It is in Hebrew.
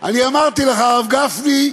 אני אמרתי לך, הרב גפני,